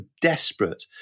desperate